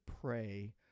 pray